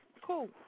cool